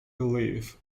belief